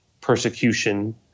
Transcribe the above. persecution